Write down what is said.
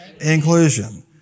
inclusion